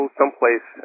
someplace